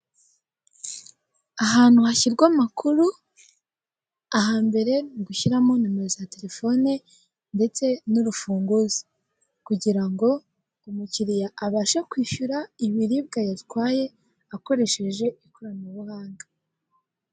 umujyi urimo abantu urujya nuruza rwibinyabiziga abanyiribinyabiziga bambaye amajire yimihondo ndetse nubururu mumutwe bafite ingofero zubwirinzi hakurya yabyo hari inzu nziza rwose ubona ndende zubucuruzi iyi foto irasa neza rwose.